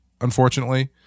unfortunately